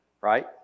right